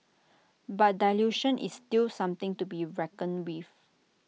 but dilution is still something to be reckoned with